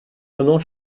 donnant